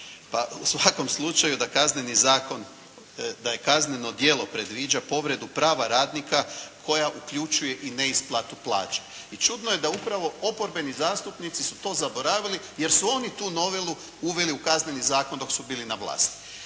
da kazneni zakon, da je kazneno djelo predviđa povredu prava radnika koja uključuje i neisplatu plaća. I čudno je da upravo oporbeni zastupnici su to zaboravili jer su oni tu novelu uveli u Kazneni zakon dok su bili na vlasti